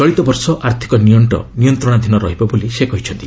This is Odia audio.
ଚଳିତବର୍ଷ ଆର୍ଥକ ନିଅଣ୍ଟ ନିୟନ୍ତ୍ରଣାଧୀନ ରହିବ ବୋଲି ସେ କହିଛନ୍ତି